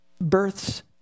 births